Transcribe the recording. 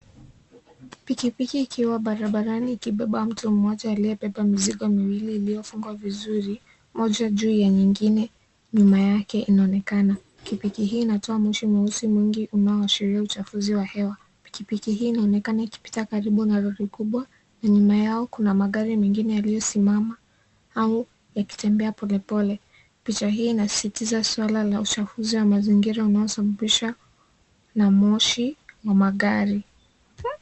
Pikipiki ikiwa barabarani ikibeba mtu mmoja aliyebeba mizigo miwili, iliyofungwa vizuri, moja juu ya nyingine, nyuma yake inaonekana. Pikipiki hii inatoa moshi mweusi mwingi unaoashiria uchafuzi wa hewa. Pikipiki hii inaonekana ikipita karibu na lori kubwa na nyuma yao kuna magari mengine yaliyosimama au yakitembea polepole. Picha hii inasisitiza swala la uchafuzi wa mazingira unaosababishwa na moshi wa magari.